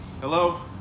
Hello